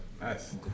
Nice